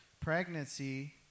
pregnancy